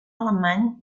alemany